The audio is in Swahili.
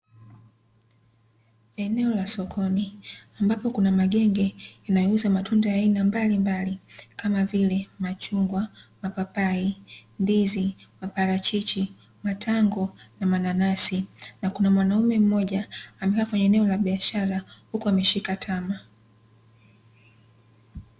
Eneo la sokoni ambapo kuna magenge yanayouza matunda ya aina mbalimbali, kama vile; machungwa, mapapai, ndizi, maparachichi, matango na mananasi. Na kuna mwanaume mmoja amekaa kwenye eneo la biashara huku ameshika tama